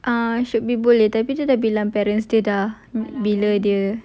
um should be boleh tapi dia bilang parent tidak bila dia